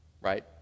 right